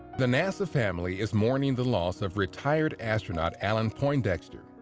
the nasa family is mourning the loss of retired astronaut and poindexter.